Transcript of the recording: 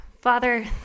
father